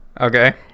okay